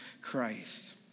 Christ